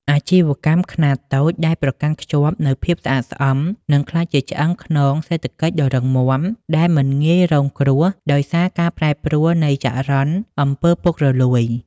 អាជីវកម្មខ្នាតតូចដែលប្រកាន់ខ្ជាប់នូវភាពស្អាតស្អំ នឹងក្លាយជាឆ្អឹងខ្នងសេដ្ឋកិច្ចដ៏រឹងមាំ ដែលមិនងាយរងគ្រោះដោយសារការប្រែប្រួលនៃចរន្ត អំពើពុករលួយ។